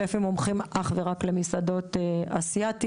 שפים מומחים אך ורק למסעדות אסייתיות.